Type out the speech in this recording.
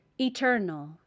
eternal